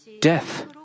death